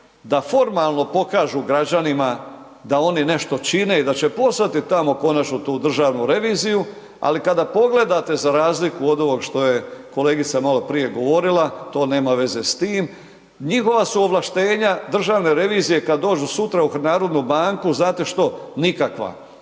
da formalno pokažu građanima da oni nešto čine i da će poslati tamo konačno tu Državnu reviziju, ali kada pogledate za razliku od ovog što je kolegica maloprije govorila to nema veze s tim. Njihova su ovlaštenja, Državne revizije kad dođu u NBH znate što nikakva.